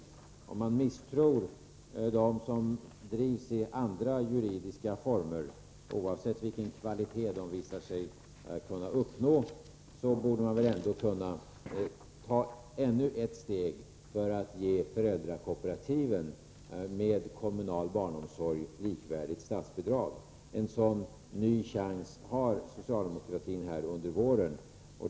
Även om socialdemokraterna misstror daghem som drivs i andra juridiska former — oavsett vilken kvalitet de visar sig kunna uppnå — borde man ändå kunna ta ännu ett steg för att ge föräldrakooperativen med kommunal barnomsorg likvärdigt statsbidrag. En sådan ny chans får socialdemokratin här under våren.